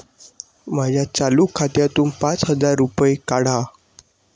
माझ्या चालू खात्यातून पाच हजार रुपये काढा